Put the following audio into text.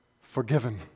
forgiven